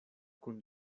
kun